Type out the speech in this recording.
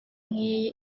nk’iyi